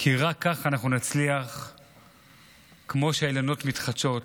כי רק כך אנחנו נצליח להתחדש כמו שהאילנות מתחדשים.